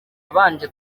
abanje